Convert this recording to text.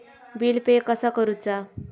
Bill pay कसा करुचा?